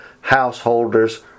householder's